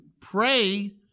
pray